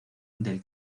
del